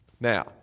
Now